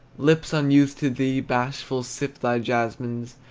lips unused to thee, bashful, sip thy jasmines,